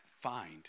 find